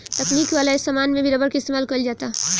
तकनीक वाला समान में भी रबर के इस्तमाल कईल जाता